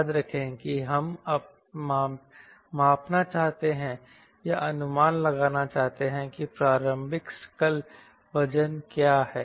याद रखें कि हम मापना चाहते हैं या अनुमान लगाना चाहते हैं कि प्रारंभिक सकल वजन क्या है